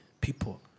people